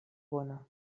bona